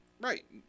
Right